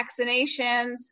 vaccinations